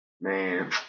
Man